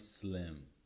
slim